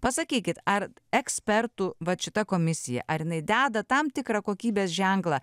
pasakykit ar ekspertų vat šita komisija ar jinai deda tam tikrą kokybės ženklą